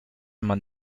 man